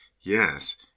Yes